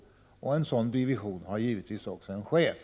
Och en sådan division har givetvis också en chef.